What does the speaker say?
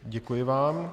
Děkuji vám.